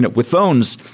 and with phones,